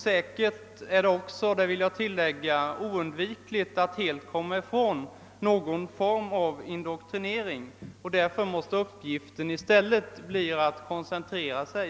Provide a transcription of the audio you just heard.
Säkerligen är det oundvikligt, jag vill tillägga det, att helt komma ifrån sådan indoktrinering i någon form. Därför måste uppgiften bli att komma till rätta